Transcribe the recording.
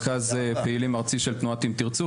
רכז פעילים ארצי של תנועת "אם תרצו".